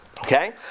okay